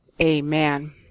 Amen